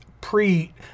pre